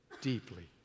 deeply